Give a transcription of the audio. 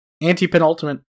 Anti-penultimate